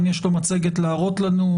אם יש לו מצגת להראות לנו,